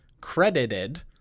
credited